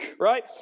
right